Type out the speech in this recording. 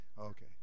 Okay